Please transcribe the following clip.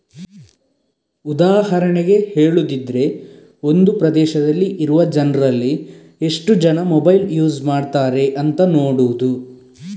ಉದಾಹರಣೆಗೆ ಹೇಳುದಿದ್ರೆ ಒಂದು ಪ್ರದೇಶದಲ್ಲಿ ಇರುವ ಜನ್ರಲ್ಲಿ ಎಷ್ಟು ಜನ ಮೊಬೈಲ್ ಯೂಸ್ ಮಾಡ್ತಾರೆ ಅಂತ ನೋಡುದು